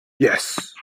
yes